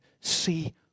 see